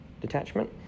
detachment